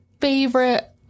favorite